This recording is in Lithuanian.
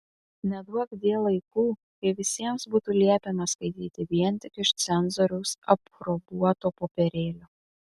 neduokdie laikų kai visiems būtų liepiama skaityti vien tik iš cenzoriaus aprobuoto popierėlio